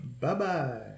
Bye-bye